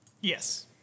Yes